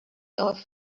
off